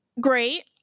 Great